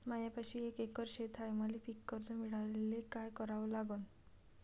मायापाशी एक एकर शेत हाये, मले पीककर्ज मिळायले काय करावं लागन?